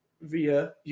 Via